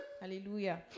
Hallelujah